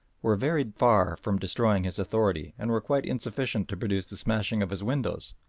were very far from destroying his authority and were quite insufficient to produce the smashing of his windows,